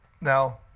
Now